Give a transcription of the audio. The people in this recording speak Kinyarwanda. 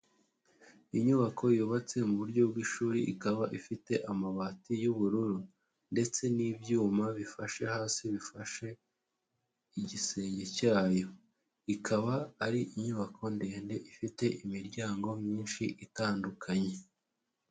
Inyubako yubatse mu buryo bw'ishuri ikaba ifite amabati y'ubururu ndetse n'ibyuma bifashe hasi bifashe igisenge cyayo, ikaba ari inyubako ndende ifite imiryango myinshi itandukanye.